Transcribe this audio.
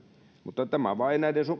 mutta tämä vain näiden